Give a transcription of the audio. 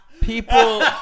People